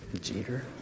Jeter